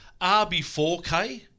RB4K